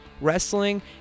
wrestling